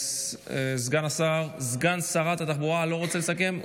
סגן שרת התחבורה לא רוצה לסכם?